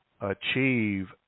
achieve